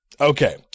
Okay